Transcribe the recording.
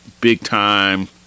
big-time